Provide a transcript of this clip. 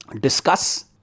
discuss